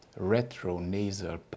retronasal